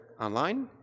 online